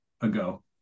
ago